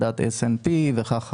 מדד s&p וכך הלאה.